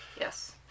Yes